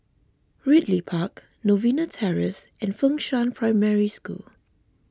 Ridley Park Novena Terrace and Fengshan Primary School